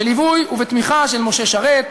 בליווי ובתמיכה של משה שרת,